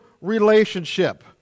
relationship